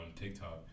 TikTok